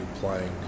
playing